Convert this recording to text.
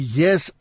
yes